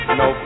no